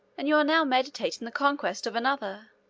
and you are now meditating the conquest of another,